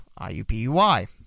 IUPUI